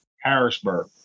Harrisburg